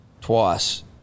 twice